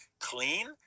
clean